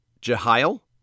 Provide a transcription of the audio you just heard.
Jehiel